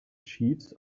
chiefs